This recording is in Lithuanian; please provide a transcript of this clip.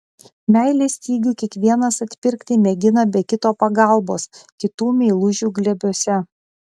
meilės stygių kiekvienas atpirkti mėgina be kito pagalbos kitų meilužių glėbiuose